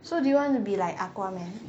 so do you wanna be like aquaman